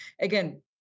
again